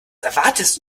erwartest